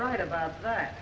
right about that